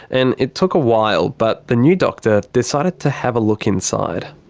and it took a while, but the new doctor decided to have a look inside.